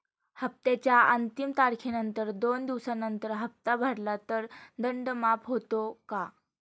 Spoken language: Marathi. हप्त्याच्या अंतिम तारखेनंतर दोन दिवसानंतर हप्ता भरला तर दंड माफ होतो का?